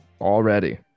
already